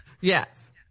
Yes